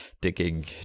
digging